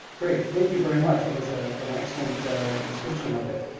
great, thank you very much. that was an excellent description of it.